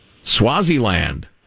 Swaziland